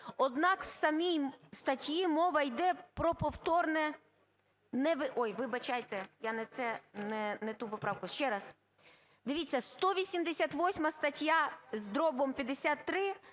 Однак в самій статті мова іде про повторне… Ой, вибачайте, я не ту поправку. Ще раз. Дивіться 188 стаття із дробом 53